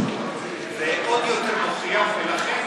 זה עוד יותר מוכיח, ולכן,